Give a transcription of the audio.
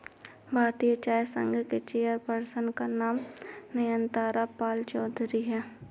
भारतीय चाय संघ के चेयर पर्सन का नाम नयनतारा पालचौधरी हैं